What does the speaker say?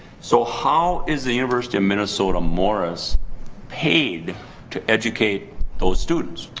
so, how is the university of minnesota-morris paid to educate those students?